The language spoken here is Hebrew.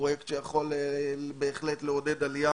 פרויקט שיכול בהחלט לעודד עלייה.